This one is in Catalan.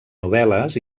novel·les